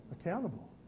accountable